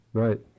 right